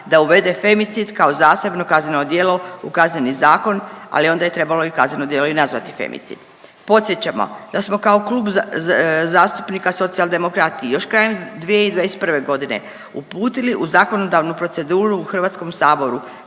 da uvede femicid kao zasebno kazneno djelo u Kazneni zakon, ali onda je trebalo i kazneno djelo i nazvati femicid. Podsjećamo da smo kao Klub zastupnika Socijaldemokrati još krajem 2021. godine uputili u zakonodavnu proceduru u Hrvatskom saboru